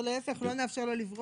או לא נאפשר לו לברוח?